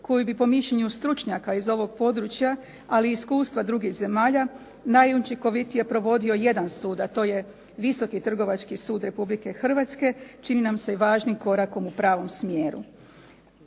koju bi po mišljenju stručnjaka iz ovog područja ali i iskustva drugih zemalja najučinkovitije provodio jedan sud, a to je Visoki trgovački sud Republike Hrvatske čini nam se i važnim korakom u pravom smjeru.